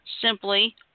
simply